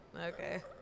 okay